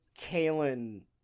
Kalen